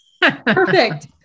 Perfect